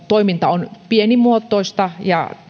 toiminta on pienimuotoista ja